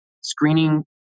screening